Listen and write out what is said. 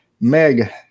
Meg